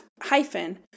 hyphen